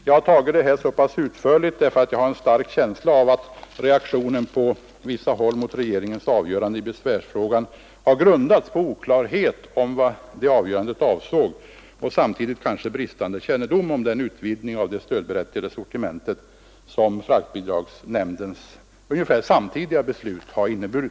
Jag har redogjort för detta ganska utförligt, eftersom jag har en stark känsla av att reaktionen på vissa håll mot regeringens avgörande i besvärsfrågan har grundats på oklarhet om vad detta avgörande avsåg och samtidigt kanske på bristande kännedom om den utvidgning av det stödberättigade sortimentet som fraktbidragsnämndens ungefär samtidiga beslut har inneburit.